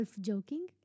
joking